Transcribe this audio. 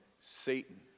Satan